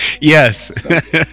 Yes